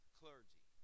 clergy